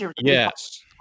Yes